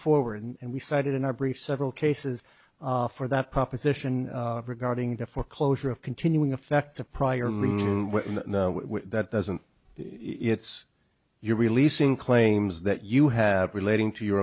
forward and we cited in our brief several cases for that proposition regarding the foreclosure of continuing effect the prior that doesn't it's your releasing claims that you have relating to your